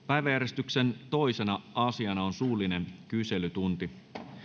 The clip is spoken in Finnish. päiväjärjestyksen toisena asiana on suullinen kyselytunti